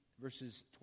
verses